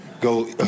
Go